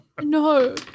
No